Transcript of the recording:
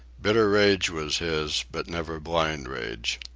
bitter rage was his, but never blind rage.